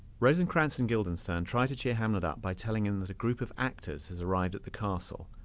rosencrantz and guiledenstern try to cheer hamlet up by telling him the the group of actors has arrived at the castle